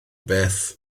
beth